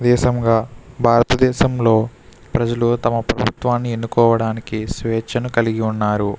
దేశంగా భారత దేశంలో ప్రజలు తమ ప్రభుత్వాన్ని ఎన్నుకోవడానికి స్వేచ్ఛను కలిగి ఉన్నారు